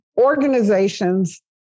organizations